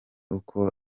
uko